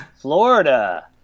florida